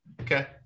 Okay